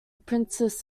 princes